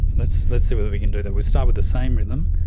let's let's see whether we can do that. we'll start with the same rhythm,